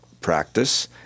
practice